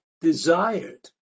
desired